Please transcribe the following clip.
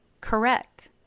Correct